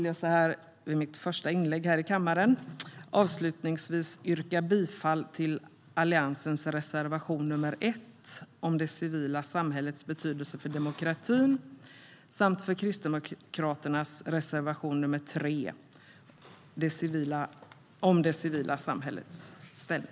Jag vill i detta mitt första anförande här i kammaren avslutningsvis yrka bifall till Alliansens reservation nr 1 om det civila samhällets betydelse för demokratin samt till Kristdemokraternas reservation nr 3 om det civila samhällets ställning.